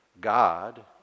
God